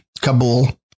Kabul